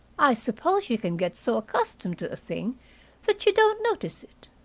i suppose you can get so accustomed to a thing that you don't notice it.